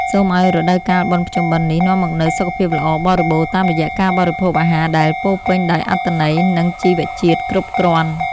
សូមឱ្យរដូវកាលបុណ្យភ្ជុំបិណ្ឌនេះនាំមកនូវសុខភាពល្អបរិបូរណ៍តាមរយៈការបរិភោគអាហារដែលពោរពេញដោយអត្ថន័យ និង ជីវជាតិគ្រប់គ្រាន់។